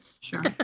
Sure